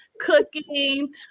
cooking